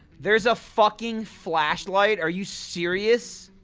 there's a fucking flash light, are you serious?